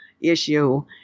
issue